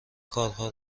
کارها